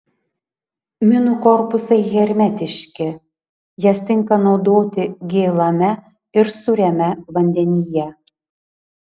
minų korpusai hermetiški jas tinka naudoti gėlame ir sūriame vandenyje